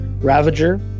Ravager